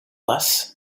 less